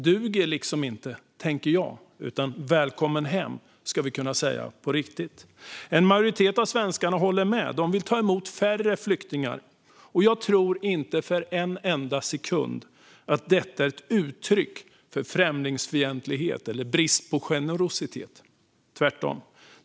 duger inte, utan vi måste också kunna säga "Välkommen hem!" på riktigt. En majoritet av svenskarna håller med. De vill ta emot färre flyktingar. Jag tror inte för en enda sekund att detta är ett uttryck för främlingsfientlighet eller brist på generositet, tvärtom.